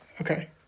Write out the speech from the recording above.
Okay